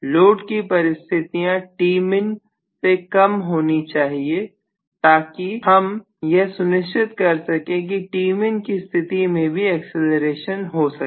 load की परिस्थितियां Tmin से कम होनी चाहिए ताकि हम यह सुनिश्चित कर सके कि Tmin की स्थिति में भी एक्सीलरेशन हो सके